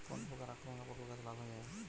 কোন প্রকার আক্রমণে পটল গাছ লাল হয়ে যায়?